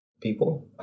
people